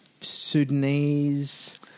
Sudanese